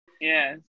yes